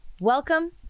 Welcome